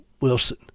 Wilson